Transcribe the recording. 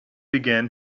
began